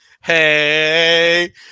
hey